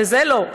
לזה לא,